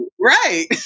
right